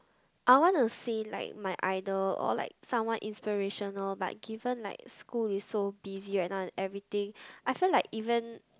I want to see like my idol or like someone inspirational but given like school is so busy right now and everything I feel like even